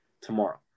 tomorrow